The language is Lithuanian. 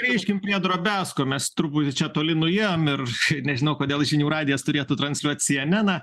grįžkime prie drobesko mes truputį čia toli nuėjom ir nežinau kodėl žinių radijas turėtų transliuot syeneną